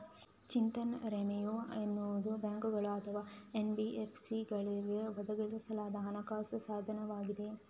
ನಿಶ್ಚಿತ ಠೇವಣಿ ಎನ್ನುವುದು ಬ್ಯಾಂಕುಗಳು ಅಥವಾ ಎನ್.ಬಿ.ಎಫ್.ಸಿಗಳಿಂದ ಒದಗಿಸಲಾದ ಹಣಕಾಸು ಸಾಧನವಾಗಿದೆ